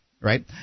right